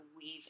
weave